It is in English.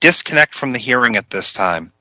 disconnect from the hearing at this time